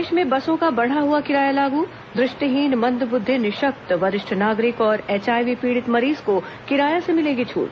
प्रदेश में बसों का बढ़ा हुआ किराया लागू दृष्टिहीन मंद बुद्धि निःशक्त वरिष्ठ नागरिक और एचआईवी पीड़ित मरीज को किराया से मिलेगी छूट